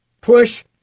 push